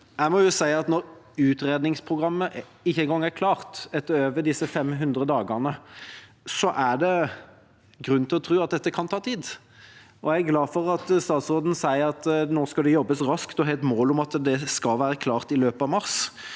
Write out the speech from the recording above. når utredningsprogrammet ikke engang er klart etter disse over 500 dagene, er det grunn til å tro at dette kan ta tid. Jeg er glad for at statsråden sier at det nå skal jobbes raskt, og at man har et mål om at det skal være klart i løpet av mars,